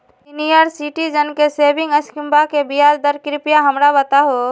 senior citizen के saving स्कीमवा के ब्याज दर कृपया हमरा बताहो